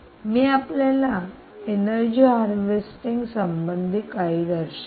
मी आपल्याला energy harvesting संबंधित काही दर्शविते